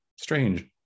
strange